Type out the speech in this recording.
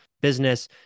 business